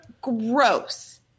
gross